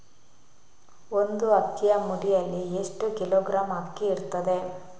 ಒಂದು ಅಕ್ಕಿಯ ಮುಡಿಯಲ್ಲಿ ಎಷ್ಟು ಕಿಲೋಗ್ರಾಂ ಅಕ್ಕಿ ಇರ್ತದೆ?